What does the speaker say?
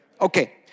Okay